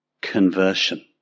conversion